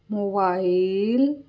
mobile